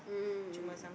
mm mm